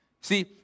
See